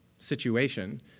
situation